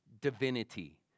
divinity